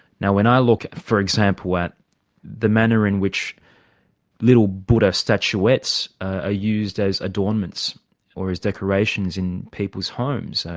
now when i look, for example, at the manner in which little buddha statuettes are ah used as adornments or as decorations in people's homes,